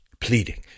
Pleading